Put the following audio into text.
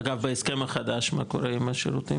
אגב, בהסכם החדש, מה קורה עם השירותים?